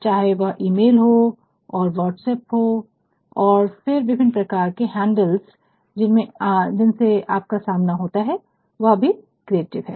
चाहे वह ईमेल हो और व्हाट्सएप और फिर विभिन्न प्रकार के हैंडल्स जिनसे आप का सामना होता है वह भी क्रिएटिव है